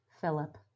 Philip